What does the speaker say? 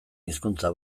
hizkuntza